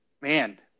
man